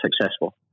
successful